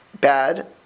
bad